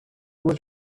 was